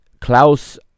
Klaus